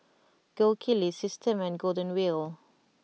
Gold Kili Systema and Golden Wheel